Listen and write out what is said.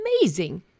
amazing